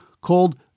called